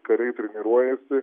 kariai treniruojasi